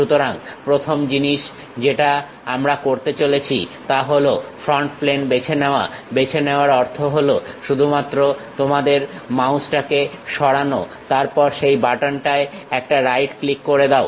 সুতরাং প্রথম জিনিস যেটা আমরা করতে চলেছি তা হলো ফ্রন্ট প্লেন বেছে নেওয়া বেছে নেওয়ার অর্থ হলো শুধুমাত্র তোমাদের মাউসটাকে সরানো তারপরে সেই বাটন টায় একটা রাইট ক্লিক করে দাও